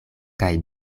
kaj